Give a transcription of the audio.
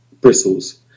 bristles